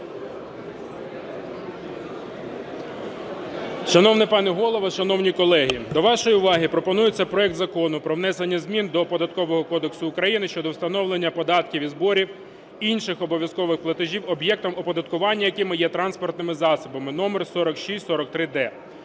Шановний пане Голово, шановні колеги, до вашої уваги пропонується проект Закону про внесення змін до Податкового кодексу України щодо справляння податків і зборів, інших обов’язкових платежів, об'єктом оподаткування якими є транспортні засоби ( номер 4643-д).